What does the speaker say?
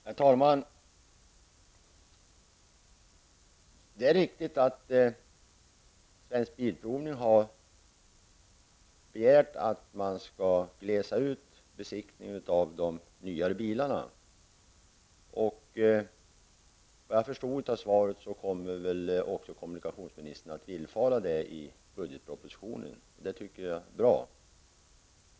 Herr talman! Det är riktigt att Svensk Bilprovning har begärt att man skall glesa ut besiktningarna av de nyare bilarna. Enligt vad jag förstod av svaret kommer kommunikationsministern i budgetpropositionen att villfara denna begäran. Det tycker jag är bra.